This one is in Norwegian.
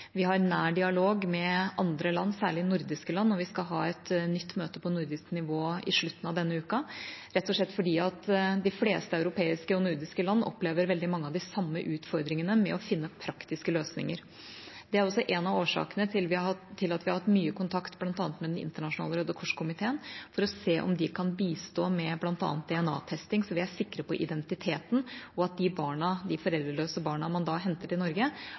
Vi har nær dialog med andre land, særlig nordiske land. Vi skal ha et nytt møte på nordisk nivå i slutten av denne uka, rett og slett fordi de fleste europeiske og nordiske land opplever veldig mange av de samme utfordringene med å finne praktiske løsninger. Det er også en av årsakene til at vi har hatt mye kontakt med bl.a. Den internasjonale Røde Kors-komiteen, for å se om de kan bistå med bl.a. DNA-testing, slik at vi er sikre på identiteten, og at de foreldreløse barna man henter til Norge,